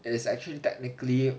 it is actually technically